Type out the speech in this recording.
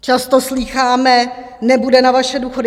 Často slýcháme, nebude na vaše důchody.